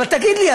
אבל תגיד לי,